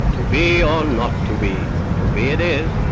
to bee or not to bee to bee it is.